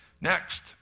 Next